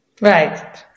Right